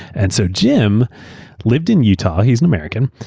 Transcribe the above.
and so jim lived in utah he's an american.